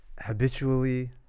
Habitually